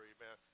Amen